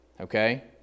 Okay